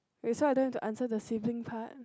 wait so i dont have to answer the sibling part